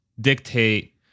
dictate